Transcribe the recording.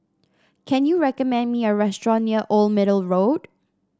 can you recommend me a restaurant near Old Middle Road